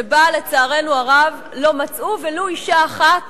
שבה, לצערנו הרב, לא מצאו ולו אשה אחת